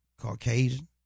Caucasian